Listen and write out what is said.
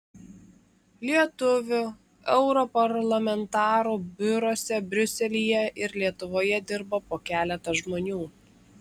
lietuvių europarlamentarų biuruose briuselyje ir lietuvoje dirba po keletą žmonių